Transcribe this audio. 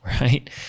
right